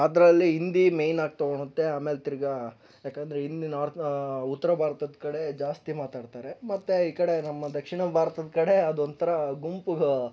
ಅದರಲ್ಲಿ ಹಿಂದಿ ಮೈನ್ ಆಗಿ ತಗೊಳ್ಳುತ್ತೆ ಆಮೇಲೆ ತಿರುಗಾ ಏಕೆಂದರೆ ಹಿಂದಿ ನಾರ್ತ್ ಉತ್ತರ ಭಾರತದ ಕಡೆ ಜಾಸ್ತಿ ಮಾತಾಡ್ತಾರೆ ಮತ್ತೆ ಈ ಕಡೆ ನಮ್ಮ ದಕ್ಷಿಣ ಭಾರತದ ಕಡೆ ಅದೊಂದು ಥರ ಗುಂಪು